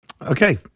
Okay